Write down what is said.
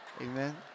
Amen